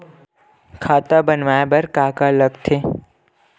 खाता बनवाय बर का का लगथे?